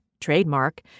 trademark